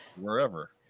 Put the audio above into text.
wherever